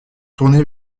tournée